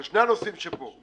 אבל שני הנושאים שפה,